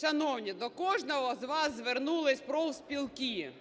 Шановні, до кожного з вас звернулись профспілки